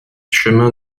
chemin